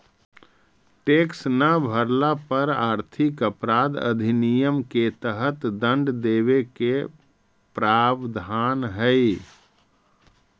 tax न भरला पर आर्थिक अपराध अधिनियम के तहत दंड देवे के प्रावधान हई